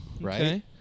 Right